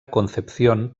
concepción